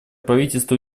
правительство